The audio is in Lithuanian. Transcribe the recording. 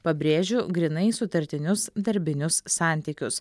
pabrėžiu grynai sutartinius darbinius santykius